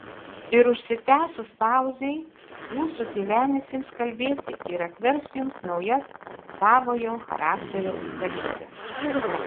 ir užsitęsus pauzei jūsų tylenis ims kalbėti ir atvers jums naujas savojo charakterio savybes